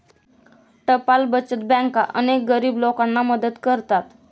टपाल बचत बँका अनेक गरीब लोकांना मदत करतात